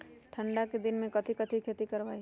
ठंडा के दिन में कथी कथी की खेती करवाई?